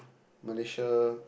Malaysia